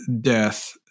death